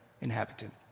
inhabitant